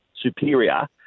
superior